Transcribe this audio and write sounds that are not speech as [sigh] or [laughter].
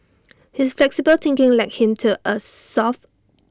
[noise] his flexible thinking led him to A solve